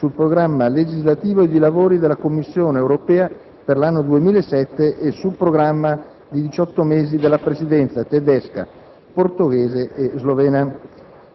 sul programma legislativo e di lavoro della Commissione europea per l'anno 2007 e sul programma di 18 mesi delle Presidenze tedesca, portoghese e slovena***